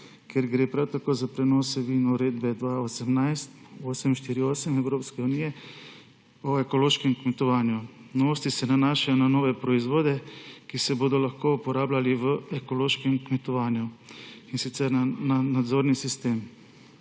kjer gre prav tako za prenos uredbe 2018/848 Evropske unije o ekološkem kmetovanju. Novosti se nanašajo na nove proizvode, ki se bodo lahko uporabljali v ekološkem kmetovanju, in sicer na nadzorni sistem.